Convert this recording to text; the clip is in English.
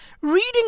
Reading